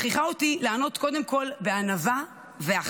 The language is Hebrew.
מכריחה אותי לענות קודם כול בענווה ובהכלה,